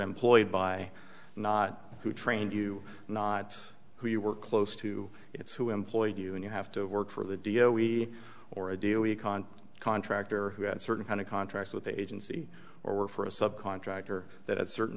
employed by not who trained you not who you were close to it's who employed you and you have to work for the dio we or ideally a con contractor who had certain kind of contracts with the agency or were for a subcontractor that had certain